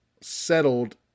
settled